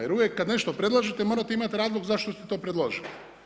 Jer uvijek kad nešto predlažete morate imati razlog zašto ste to predložili.